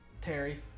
Terry